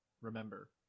remember